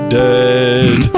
dead